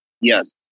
Yes